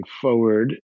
forward